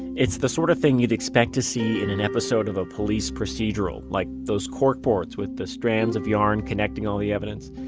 it's the sort of thing you'd expect to see in an episode of a police procedural, like those cork boards with strands of yarn connecting all the evidence.